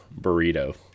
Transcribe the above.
burrito